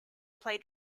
played